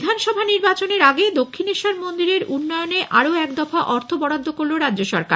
বিধানসভা নির্বাচনের আগে দক্ষিণেশ্বর মন্দিরের উন্নয়নে আরো একদফা অর্থ বরাদ্দ করল রাজ্য সরকার